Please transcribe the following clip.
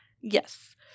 Yes